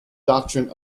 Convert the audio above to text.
doctrine